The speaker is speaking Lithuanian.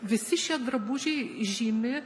visi šie drabužiai žymi